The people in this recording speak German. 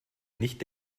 nicht